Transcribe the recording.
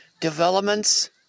developments